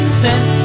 sent